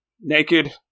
Naked